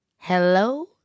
Hello